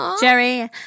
Jerry